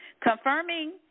Confirming